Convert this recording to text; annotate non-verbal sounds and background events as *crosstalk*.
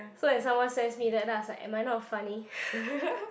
so if someone sends me that then I was like am I not funny *laughs*